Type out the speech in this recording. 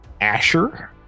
Asher